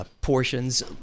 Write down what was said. Portions